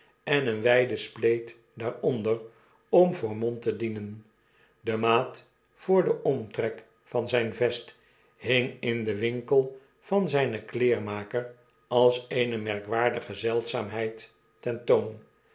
en eene wijde spleet daaronder om voor mond te dienen de maat voor den omtrek van zyn vest hing in den winkel van zynen kleermaker als eene merkwaardige zeldzaamheid ten toon